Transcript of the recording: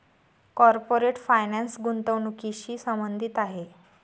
corporate finance गुंतवणुकीशी संबंधित आहे